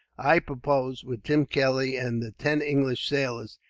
i propose, with tim kelly and the ten english sailors,